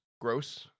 Gross